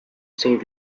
saint